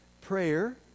prayer